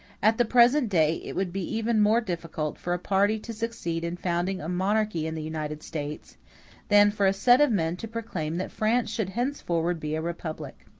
at the present day it would be even more difficult for a party to succeed in founding a monarchy in the united states than for a set of men to proclaim that france should henceforward be a republic.